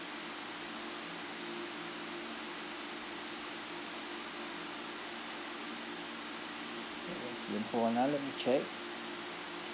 hold on ah let me check